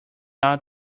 out